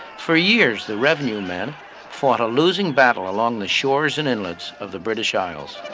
for years, the revenue men fought a losing battle along the shores and inlets of the british isles.